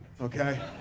okay